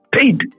Paid